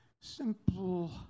simple